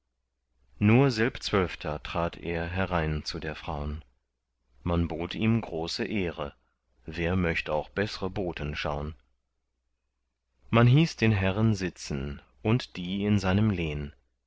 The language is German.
nur selbzwölfter trat er herein zu der fraun man bot ihm große ehre wer möcht auch bessre boten schaun man hieß den herren sitzen und die in seinem lehn